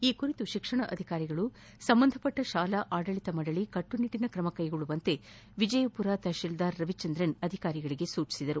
ಈ ಕುರಿತು ಶಿಕ್ಷಣಾಧಿಕಾರಿಗಳು ಸಂಬಂಧಿಸಿದ ಶಾಲಾ ಆಡಳಿತ ಮಂಡಳಿ ಕಟ್ಟುನಿಟ್ಟಿನ ಕ್ರಮ ಕೈಗೊಳ್ಳುವಂತೆ ವಿಜಯಪುರ ತಪಶೀಲ್ಗಾರ್ ರವಿಚಂದ್ರನ್ ಅಧಿಕಾರಿಗಳಿಗೆ ಸೂಚನೆ ನೀಡಿದರು